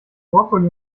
brokkoli